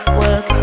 work